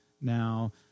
now